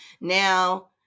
Now